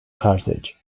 carthage